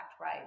right